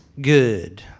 good